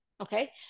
Okay